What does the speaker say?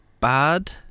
Bad